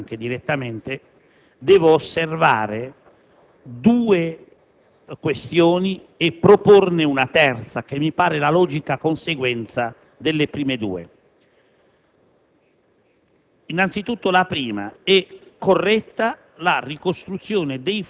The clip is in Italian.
Essendomi occupato di questi argomenti nella scorsa legislatura anche direttamente, devo osservare due questioni e avanzarne una terza che mi pare la logica conseguenza delle prime due.